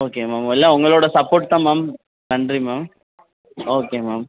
okay ma'am எல்லாம் உங்களோட support தான் மேம் நன்றி மேம் ஓகே மேம்